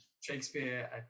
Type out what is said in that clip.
Shakespeare